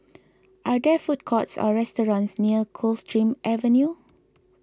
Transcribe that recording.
are there food courts or restaurants near Coldstream Avenue